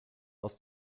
aus